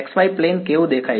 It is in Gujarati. X y પ્લેન કેવું દેખાય છે